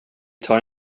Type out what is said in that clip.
tar